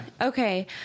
okay